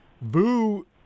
VU